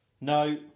No